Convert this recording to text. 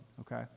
okay